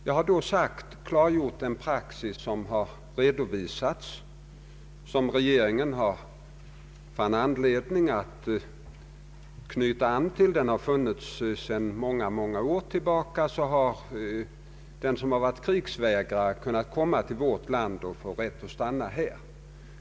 Jag har klargjort den praxis som regeringen har funnit anledning att knyta an till. Sedan många, många år har den som varit krigsvägrare kunnat komma till vårt land och få rätt att stanna här.